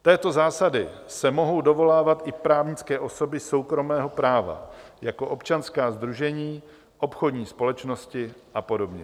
Této zásady se mohou dovolávat i právnické osoby soukromého práva jako občanská sdružení, obchodní společnosti a podobně.